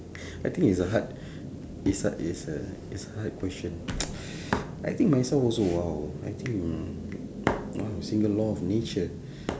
I think is a hard this one is a is a hard question I think myself also !wow! I think mm !wow! single law of nature